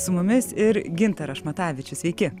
su mumis ir gintaras šmatavičius sveiki